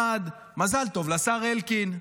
אחד, מזל טוב לשר אלקין.